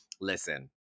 listen